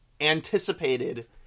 anticipated